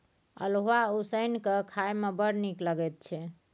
अल्हुआ उसनि कए खाए मे बड़ नीक लगैत छै